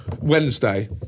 Wednesday